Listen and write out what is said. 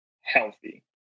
healthy